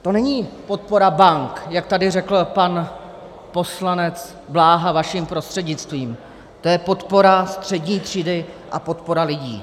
To není podpora bank, jak tady řekl pan poslanec Bláha vaším prostřednictvím, to je podpora střední třídy a podpora lidí.